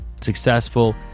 successful